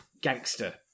gangster